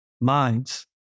minds